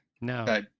No